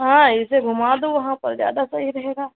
ہاں اسے گھما دو وہاں پر زیادہ صحیح رہے گا